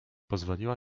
pozwoliła